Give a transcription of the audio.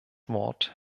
wort